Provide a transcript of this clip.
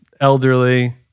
elderly